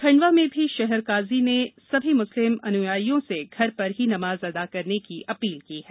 खण्डवा में भी शहर काजी ने सभी मुस्लिम अन्यायियों से घर पर ही नमाज़ अदा करने की अपील की है